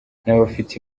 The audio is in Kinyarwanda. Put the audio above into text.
n’abafite